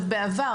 בעבר,